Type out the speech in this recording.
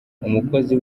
umukozi